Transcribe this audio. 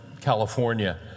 California